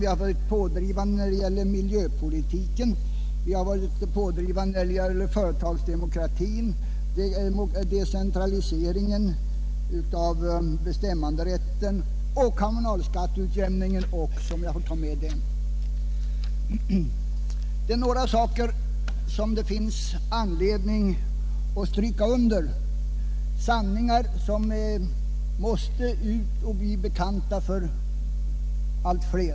Vi har varit pådrivande när det gäller miljöpolitiken, företagsdemokratin, decentraliseringen av bestämmanderätten och även beträffande kommunalskatteutjämningen. Det är några saker som det finns anledning stryka under, sanningar som måste bli bekanta för allt fler.